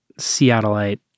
Seattleite